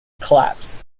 collapsed